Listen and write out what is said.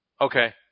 Okay